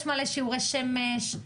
יש מלא שיעורי שמש,